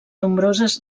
nombroses